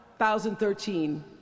2013